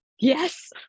Yes